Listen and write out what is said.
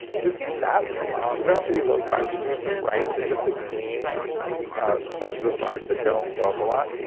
just eat that for a while you don't have to be low carb. you can eat some rice, but just the clean sources of starch that don't go up a lot.